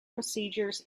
procedures